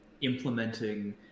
implementing